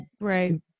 right